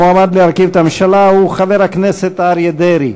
המועמד להרכיב את הממשלה הוא חבר הכנסת אריה דרעי.